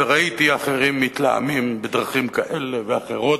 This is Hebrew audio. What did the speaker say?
וראיתי אחרים מתלהמים בדרכים כאלה ואחרות,